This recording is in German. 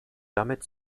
damit